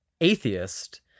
atheist